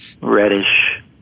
reddish